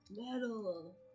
Metal